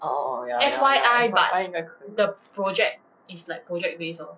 uh uh uh ya ya ya F_Y_I 应该可以